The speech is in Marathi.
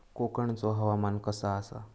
कोकनचो हवामान कसा आसा?